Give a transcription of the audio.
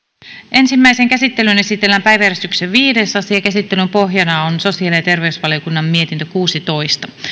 ensimmäiseen käsittelyyn esitellään päiväjärjestyksen viides asia käsittelyn pohjana on sosiaali ja terveysvaliokunnan mietintö kuusitoista